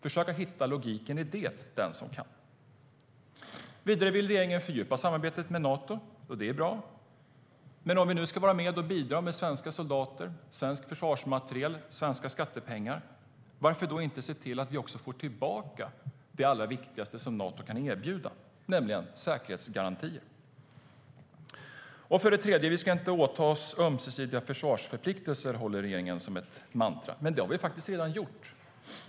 Försök hitta logiken i det, den som kan. Vidare vill regeringen fördjupa samarbetet med Nato, och det är bra. Men om vi nu ska vara med och bidra med svenska soldater, svenskt försvarsmateriel och svenska skattepengar, varför då inte se till att vi också får tillbaka det allra viktigaste Nato kan erbjuda, nämligen säkerhetsgarantier? Vi ska inte heller åta oss ömsesidiga försvarspolitiska förpliktelser, håller regeringen som ett mantra. Det har vi dock redan gjort.